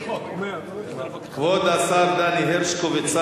כבוד השר דני הרשקוביץ,